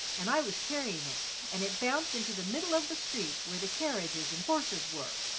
and i was carrying it and it bounced into the middle of the street where the carriages and horses were,